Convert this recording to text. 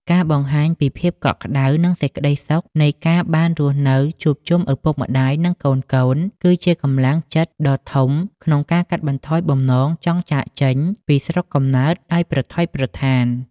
ការបង្ហាញពីភាពកក់ក្ដៅ និងសេចក្ដីសុខនៃការបានរស់នៅជួបជុំឪពុកម្ដាយ និងកូនៗ គឺជាកម្លាំងចិត្តដ៏ធំក្នុងការកាត់បន្ថយបំណងចង់ចាកចេញពីស្រុកកំណើតដោយប្រថុយប្រថាន។